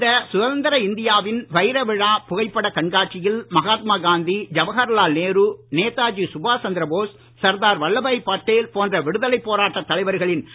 இந்த சுதந்திர இந்தியாவின் வைர விழா புகைப்படக் கண்காட்சியில் மகாத்மா காந்தி ஜவஹர்லால் நேரு நேதாஜி சுபாஷ் சந்திரபோஸ் சர்தார் வல்லபாய் பட்டேல் போன்ற விடுதலை போராட்டத் தலைவர்களின் இடம்பெற்றுள்ளன